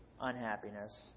unhappiness